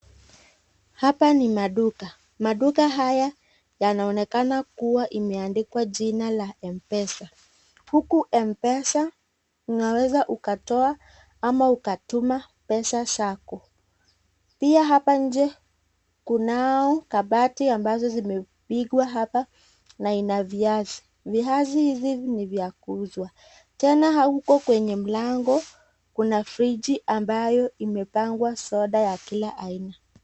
Hapa ni maduka. Maduka haya yanaonekana kuwa imeandikwa jina la M-Pesa. Huku M-Pesa, unaweza ukatoa ama ukatuma pesa zako. Pia hapa nje, kunao kabati ambazo zimepigwa hapa na ina viazi. Viazi hizi ni vya kuuzwa. Tena huko kwenye mlango, kuna friji ambayo imepangwa soda ya kila aina.